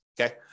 okay